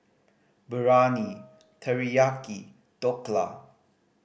Biryani Teriyaki Dhokla